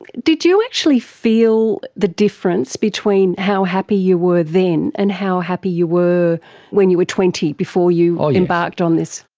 did you actually feel the difference between how happy you were then and how happy you were when you were twenty, before you embarked on this?